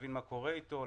להבין מה קורה אתו,